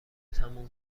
تموم